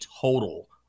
total